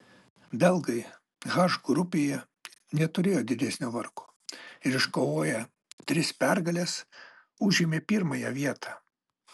belgai h grupėje neturėjo didesnio vargo ir iškovoję tris pergales užėmė pirmąją vietą